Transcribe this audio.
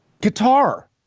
Guitar